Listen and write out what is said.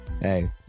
hey